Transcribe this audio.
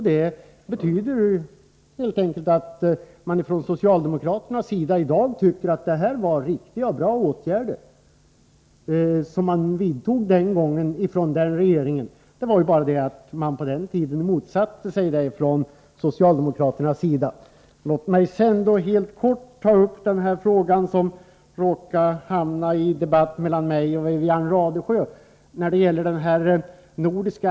Det betyder helt enkelt att man från socialdemokraternas sida i dag tycker att det var riktiga och bra åtgärder som den borgerliga regeringen den gången vidtog. Det var bara det att socialdemokraterna på den tiden motsatte sig dessa åtgärder. Låt mig helt kort ta upp den fråga som råkade hamna i debatten mellan mig och Wivi-Anne Radesjö.